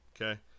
Okay